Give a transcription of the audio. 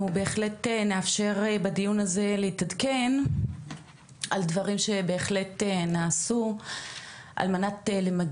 בהחלט נאפשר בדיון הנוכחי להתעדכן על הדברים שבהחלט נעשו על מנת להילחם,